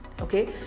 Okay